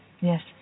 Yes